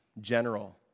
general